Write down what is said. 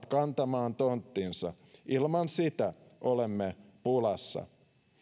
kantamaan tonttinsa ilman sitä olemme pulassa